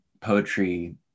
poetry